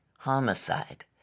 Homicide